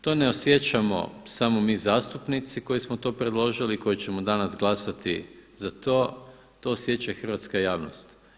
To ne osjećamo samo mi zastupnici koji smo to predložili i koji ćemo danas glasati za to, to osjeća i hrvatska javnost.